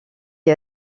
est